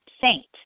saint